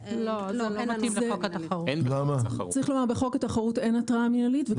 בחוק התחרות אין התראה מינהלית.